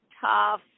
tough